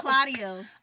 Claudio